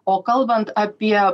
o kalbant apie